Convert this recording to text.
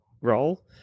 role